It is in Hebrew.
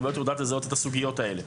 הרבה יותר יודעת לזהות את הסוגיות האלה.